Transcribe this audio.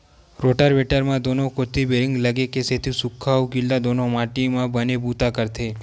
rotavator म दूनो कोती बैरिंग लगे के सेती सूख्खा अउ गिल्ला दूनो माटी म बने बूता करथे